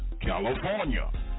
California